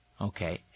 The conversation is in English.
Okay